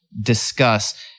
discuss